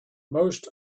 most